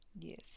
yes